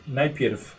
najpierw